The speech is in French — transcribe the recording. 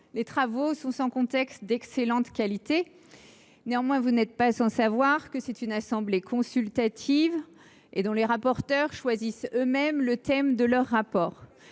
Ses travaux sont, sans conteste, d’excellente qualité. Néanmoins, vous n’êtes pas sans savoir qu’il s’agit d’une assemblée consultative, dont les rapporteurs choisissent eux mêmes le thème de leur rapport.